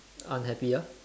unhappy ya